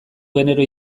genero